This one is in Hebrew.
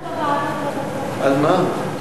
לדון בוועדה, על מה?